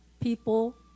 people